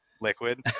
liquid